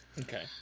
Okay